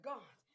God